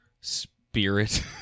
spirit